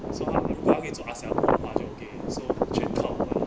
so how 如果他可以做 P_S_L_E 就 okay eh so chain top eh